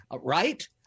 right